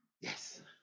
yes